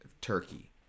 turkey